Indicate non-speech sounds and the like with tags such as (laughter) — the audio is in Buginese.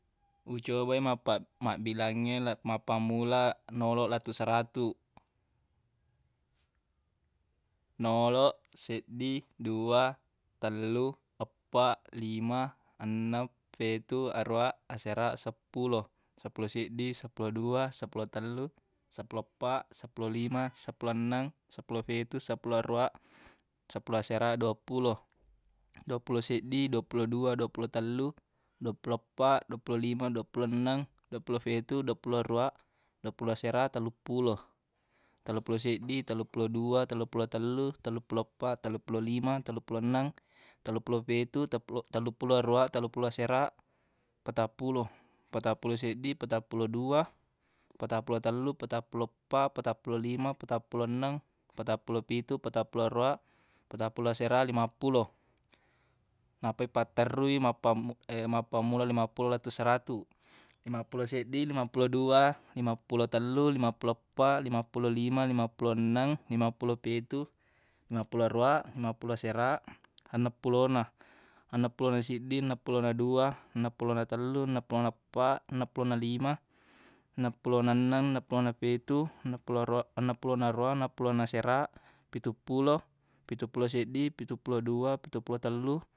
Ucobai mappa- mabbilangnge le- mappammula noloq lettuq saratu noloq seddi dua tellu eppa lima enneng fetu aruwa asera seppulo seppulo seddi seppulo dua seppulo tellu seppulo eppa seppulo lima seppulo enneng seppulo fitu seppulo aruwa seppulo asera duappulo duappulo seddi duappulo dua duappulo tellu duappulo eppa duappulo lima duappulo enneng duappulo fetu duappulo aruwa duappulo asera tellupulo tellupulo seddi tellupulo dua tellupulo tellu tellupulo eppa tellupulo lima tellupulo enneng tellupulo fetu tellupulo aruwa tellupulo asera patappulo patappulo seddi patappulo dua patappulo tellu patappulo eppa patappulo lima patappulo enneng patappulo pitu patappulo aruwa patappulo asera limappulo nappa ipatterruq i mappammu- (hesitation) mappammula limappulo lettu seratu limappulo seddi limappulo dua limappulo tellu limappulo eppa limappulo lima limappulo enneng limappulo pitu limappulo aruwa limappulo asera enneng pulona enneng pulana seddi enneng pulona dua enneng pulona tellu enneng pulona eppa enneng pulona lima enneng pulona enneng enneng pulona pitu enneng pulona aruwa- enneng pulona aruwa enneng pulona asera pituppulo pituppulo seddi pituppulo dua pituppulo tellu